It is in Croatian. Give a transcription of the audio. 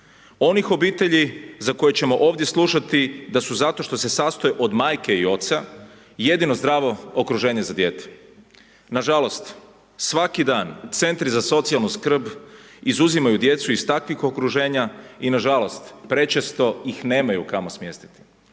onih obitelji za koje ćemo ovdje slušati da su zato što se sastoje od majke i oca jedino zdravo okruženje za dijete. Nažalost, svaki dan centri za socijalnu skrb izuzimaju djecu iz takvih okruženja i nažalost prečesto ih nemaju kamo smjestit.